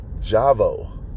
Javo